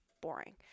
boring